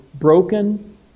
Broken